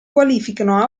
qualificano